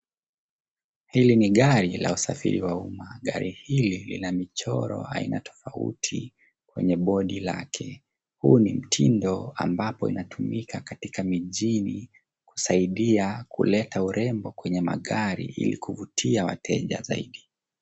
Hili ni gari la usafiri wa umma. Gari hili lina michoro aina tofauti kwenye bodi lake. Huu ni mtindo ambapo inatumika katika mijini kusaidia kuleta urembo kwenye magari ili kuvutia wateja zaidi.